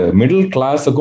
middle-class